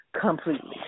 completely